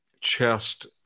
chest